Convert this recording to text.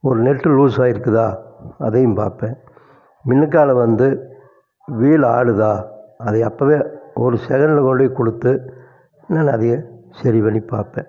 ஒரு நெட்டு லூசாக இருக்குதா அதையும் பார்ப்பேன் மின்னுக்கால் வந்து வீல் ஆடுதா அதை அப்போவே ஒரு செகண்ட்டில் கொண்டு போய் கொடுத்து நல்லா அதையும் சரி பண்ணி பார்ப்பேன்